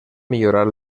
millorar